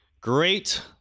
great